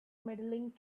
medaling